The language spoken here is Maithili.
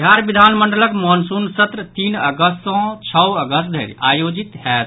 बिहार विधानमंडलक मॉनसून सत्र तीन अगस्त सँ छओ अगस्त धरि आयोजित होयत